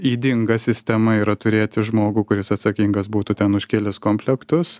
ydinga sistema yra turėti žmogų kuris atsakingas būtų ten už kelis komplektus